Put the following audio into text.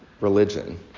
religion